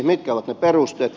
mitkä ovat ne perusteet